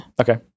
Okay